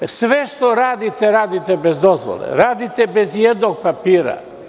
Sve što radite radite bez dozvole, radite bez i jednog papira.